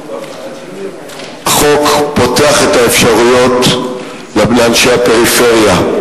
החוק פותח את האפשרויות לאנשי הפריפריה,